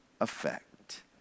effect